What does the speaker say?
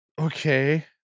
okay